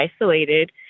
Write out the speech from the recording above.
isolated